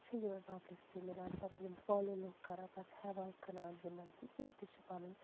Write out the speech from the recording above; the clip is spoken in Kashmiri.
چھِ یِمَن پَبلسِٹی مِلان پَتہٕ یِم فالو لُکھ کَران پَتہٕ ہیٚوان کٕنان یِمَن تہٕ یِم تہِ چھِ پَنُن